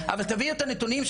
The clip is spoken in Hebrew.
אבל תביאו את הנתונים,